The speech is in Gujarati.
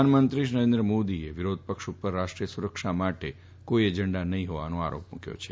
પ્રધાનમંત્રી નરેન્દ્ર મોદીએ વિરોધપક્ષ ઉપર રાષ્ટ્રીય સુરક્ષા માટે કોઇ એજન્ડા નહીં હોવાનો આરોપ મૂક્યો છે